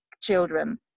children